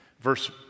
Verse